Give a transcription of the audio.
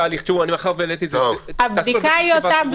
מאחר שאני העליתי את זה, זה לא הגיוני.